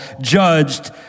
judged